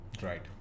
Right